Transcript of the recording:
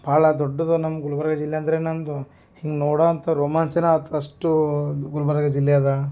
ಭಾಳ ದೊಡ್ದದು ನಮ್ಮ ಗುಲ್ಬರ್ಗ ಜಿಲ್ಲೆಅಂದರೆ ನಮ್ಮದು ಹಿಂಗೆ ನೋಡುವಂಥ ರೋಮಾಂಚನ ಆಯ್ತ್ ಅಷ್ಟು ಗುಲ್ಬರ್ಗ ಜಿಲ್ಲೆಅದೆ